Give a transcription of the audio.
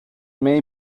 may